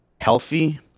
healthy